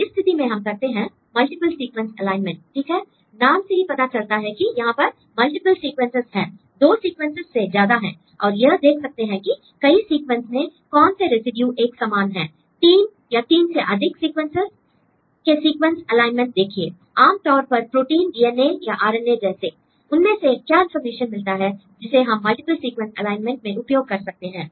तो ऐसी स्थिति में हम करते हैं मल्टीप्ल सीक्वेंस एलाइनमेंट ठीक हैl नाम से ही पता चलता है कि यहां पर मल्टीपल सीक्वेंस हैं दो सीक्वेंसेस से ज्यादा हैं और यह देख सकते हैं कि कई सीक्वेंस में कौन से रेसिड्यू एक समान हैं 3 या 3 से अधिक सीक्वेंसेस के सीक्वेंस एलाइनमेंट देखिए आमतौर पर प्रोटीन डीएनए या आर एन ए जैसे l उनमें से क्या इंफॉर्मेशन मिलता है जिसे हम मल्टीपल सीक्वेंस एलाइनमेंट में उपयोग कर सकते हैं